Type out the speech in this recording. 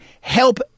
help